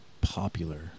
popular